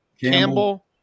Campbell